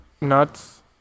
nuts